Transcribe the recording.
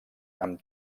amb